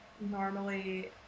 normally